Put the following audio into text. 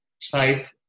side